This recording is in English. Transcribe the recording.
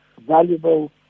valuable